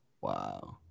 Wow